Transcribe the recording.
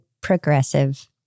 progressive